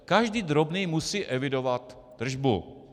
Každý drobný musí evidovat tržbu.